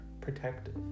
protective